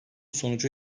sonucu